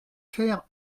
faire